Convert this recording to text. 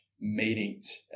meetings